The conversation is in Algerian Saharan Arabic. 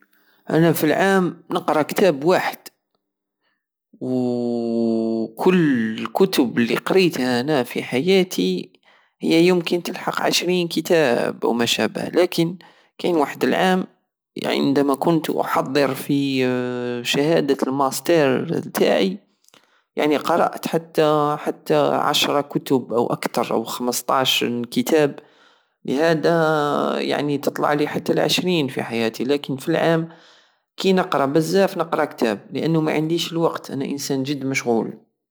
انا فالعام نقرى كتاب واحد وووو- وكل الكتب الي قريتها أنا في حياتي هي يمكن تلق عشرين كيتاب او ما شابه ولاكن كاين واحد العام عندما كنت احضر في شهادة الماستار التاعي يعني قرات حتى حتى عشرة كتب او أكثر او خمستاش نكيتاب لهادى يعني تطلعلي حتى لعشرين في حياتي لاكن في العام كي نقرى بزاف نقرر كتاب لانو معنديش الوقت أنا انسان جد مشغول